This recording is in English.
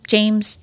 James